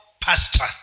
pastor